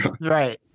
Right